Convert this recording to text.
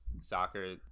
soccer